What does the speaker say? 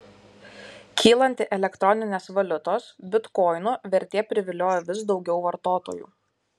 kylanti elektroninės valiutos bitkoinų vertė privilioja vis daug vartotojų